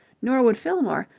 nor would fillmore.